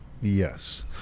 yes